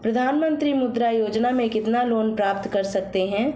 प्रधानमंत्री मुद्रा योजना में कितना लोंन प्राप्त कर सकते हैं?